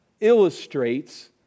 illustrates